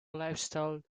lifestyles